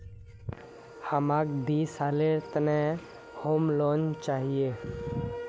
हमाक दी सालेर त न होम लोन चाहिए